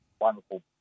wonderful